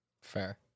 Fair